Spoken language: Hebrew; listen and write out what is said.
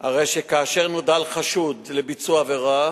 הרי שכאשר נודע על חשוד לביצוע עבירה